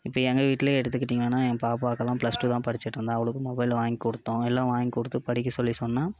இப்போ எங்கள் வீட்டிலே எடுத்துகிட்டிங்ளானால் என் பாப்பாக்கெல்லாம் பிளஸ் டூ தான் படிச்சிகிட்ருந்தா அவளுக்கும் மொபைல் வாங்கி கொடுத்தோம் எல்லா வாங்கி கொடுத்து படிக்க சொல்லி சொன்னால்